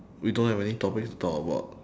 we don't have any topics to talk about